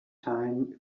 time